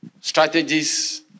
strategies